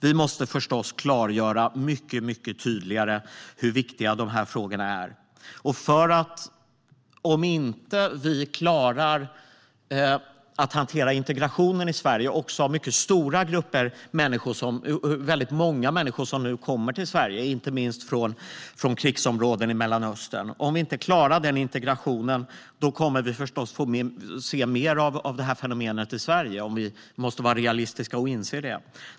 Vi måste förstås klargöra mycket, mycket tydligare hur viktiga de här frågorna är, för om inte vi klarar att hantera integrationen i Sverige också av det väldigt stora antalet människor som nu kommer till Sverige inte minst från krigsområden i Mellanöstern kommer vi förstås att få se mer av det här fenomenet i Sverige. Det måste vi vara realistiska nog att inse.